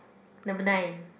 number nine